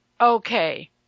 Okay